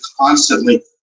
constantly